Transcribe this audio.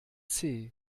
sind